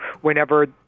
whenever